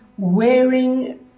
wearing